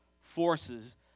forces